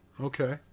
Okay